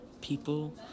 people